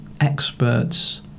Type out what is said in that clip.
experts